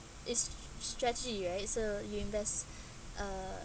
it's stretchy right so you invest uh